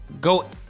go